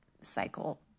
cycle